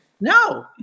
No